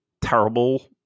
Terrible